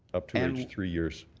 up to age three years.